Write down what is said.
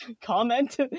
comment